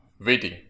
Waiting